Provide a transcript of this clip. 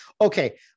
Okay